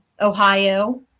Ohio